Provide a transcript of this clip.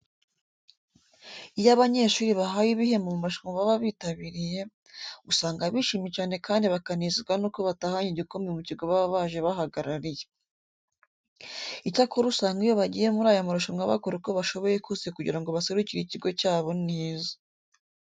Iyo abanyeshuri bahawe ibihembo mu marushanwa baba bitabiriye, usanga bishimye cyane kandi bakanezezwa nuko batahanye igikombe mu kigo baba baje bahagarariye. Icyakora usanga iyo bagiye muri aya marushanwa bakora uko bashoboye kose kugira ngo baserukire ikigo cyabo neza.